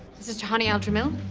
this is tahani al-jamil.